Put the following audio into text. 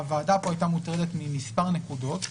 הוועדה פה הייתה מוטרדת ממספר נקודות.